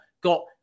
got